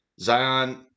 Zion